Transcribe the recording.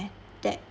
that